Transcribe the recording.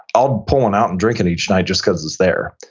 i'll pull one out and drink it each night just because it's there.